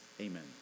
Amen